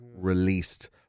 released